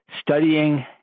studying